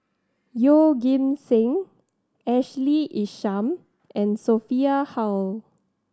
Yeoh Ghim Seng Ashley Isham and Sophia Hull